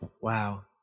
Wow